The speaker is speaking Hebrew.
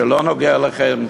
שלא נוגע אליכם,